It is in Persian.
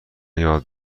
یاد